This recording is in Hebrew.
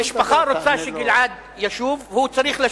המשפחה רוצה שגלעד ישוב, והוא צריך לשוב.